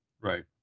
Right